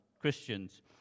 Christians